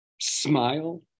Smile